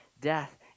death